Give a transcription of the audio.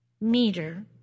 meter